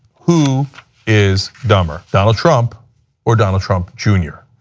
who is dumber? donald trump or donald trump jr.